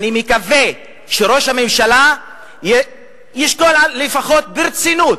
אני מקווה שראש הממשלה לפחות ישקול ברצינות